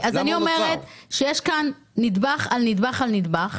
יש כאן נדבך על נדבך,